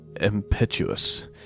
impetuous